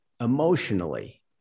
emotionally